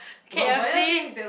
k_f_c